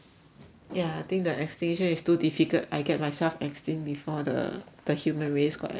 ya I think the extinction is too difficult I get myself extinct before the the human race got extinct